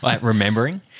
remembering